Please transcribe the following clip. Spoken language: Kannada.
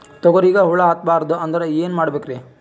ತೊಗರಿಗ ಹುಳ ಹತ್ತಬಾರದು ಅಂದ್ರ ಏನ್ ಮಾಡಬೇಕ್ರಿ?